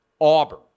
Auburn